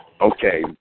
Okay